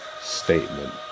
statement